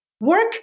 Work